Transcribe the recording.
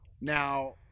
Now